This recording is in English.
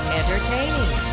entertaining